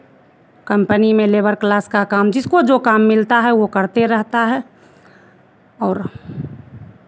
company में labour class का काम जिसको जो काम मिलता है वो करते रहता है और